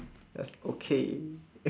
just okay